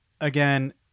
again